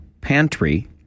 Pantry